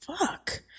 Fuck